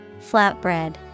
Flatbread